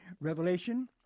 Revelation